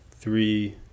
three